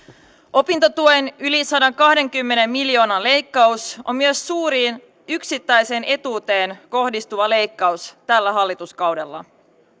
opintotuen yli sadankahdenkymmenen miljoonan leikkaus on myös suurin yksittäiseen etuuteen kohdistuva leikkaus tällä hallituskaudella